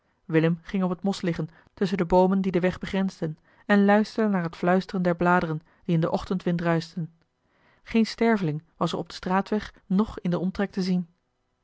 willem ging op het mos liggen tusschen de boomen die den weg begrensden en luisterde naar het fluisteren der bladeren die in den ochtendwind ruischten geen sterveling was er op den straatweg noch in den omtrek te zien